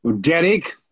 Derek